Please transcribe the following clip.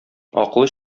аклы